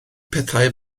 pethau